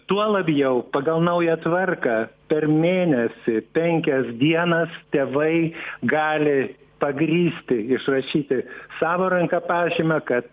tuo labiau pagal naują tvarką per mėnesį penkias dienas tėvai gali pagrįsti išrašyti savo ranka pažymą kad